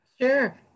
Sure